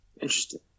Interesting